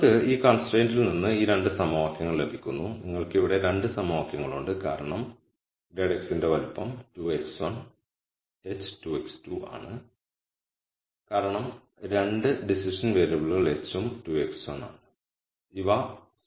നിങ്ങൾക്ക് ഈ കൺസ്ട്രൈന്റ്ൽ നിന്ന് ഈ 2 സമവാക്യങ്ങൾ ലഭിക്കുന്നു നിങ്ങൾക്ക് ഇവിടെ 2 സമവാക്യങ്ങളുണ്ട് കാരണം ∇x ന്റെ വലുപ്പം 2x1 h 2x1 ആണ് കാരണം 2 ഡിസിഷൻ വേരിയബിളുകൾ h ഉം 2x1 ആണ്